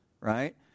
right